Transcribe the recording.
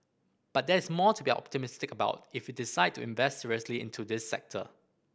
but there is more to be optimistic about if we decide to invest seriously into this sector